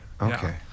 okay